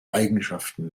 eigenschaften